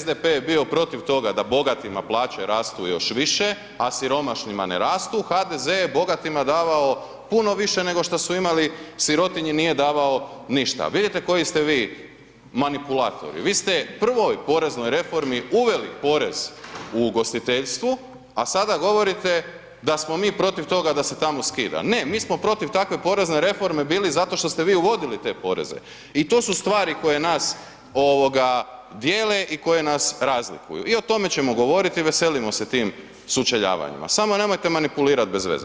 SDP je bio protiv toga da bogatima plaće rastu još više, a siromašnima ne rastu, HDZ je bogatima davao puno više nego šta su imali, sirotinji nije davao ništa, vidite koji ste vi manipulatori, vi ste prvoj poreznoj reformi uveli porez u ugostiteljstvo, a sada govorite da smo mi protiv toga da se tamo skida, ne mi smo protiv takve porezne reforme bili zato što ste vi uvodili te poreze i to su stvari koje nas ovoga dijele i koje nas razlikuju i o tome ćemo govoriti, veselimo se tim sučeljavanjima samo nemojte manipulirat bez veze.